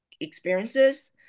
experiences